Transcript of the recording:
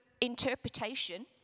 interpretation